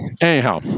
anyhow